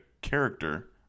character